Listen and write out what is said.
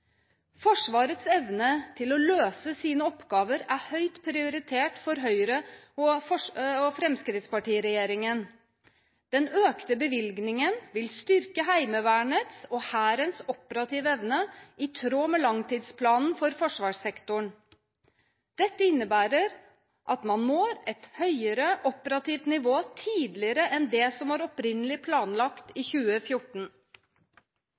Forsvarets evne til å løse sine oppgaver er høyt prioritert for Høyre–Fremskrittsparti-regjeringen. Den økte bevilgningen vil styrke Heimevernets og Hærens operative evne i tråd med langtidsplanen for forsvarssektoren. Dette innebærer at man når et høyere operativt nivå tidligere enn det som var opprinnelig planlagt i